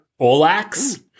Olax